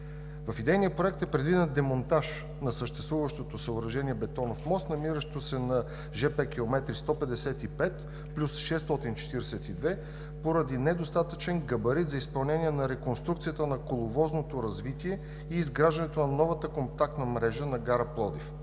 В Идейния проект е предвиден демонтаж на съществуващото съоръжение „Бетонов мост“, намиращо се на жп километри 155+642, поради недостатъчен габарит за изпълнение на реконструкцията на коловозното развитие и изграждането на новата контактна мрежа на гара Пловдив.